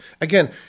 Again